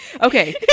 Okay